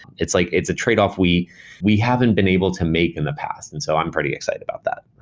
it's like it's a tradeoff we we haven't been able to make in the past. and so i'm pretty excited about that.